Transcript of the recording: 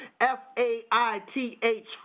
F-A-I-T-H